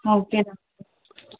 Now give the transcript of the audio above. okay doctor